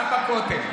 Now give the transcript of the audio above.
גם בכותל.